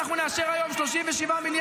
אנחנו נאשר היום 37 מיליארד,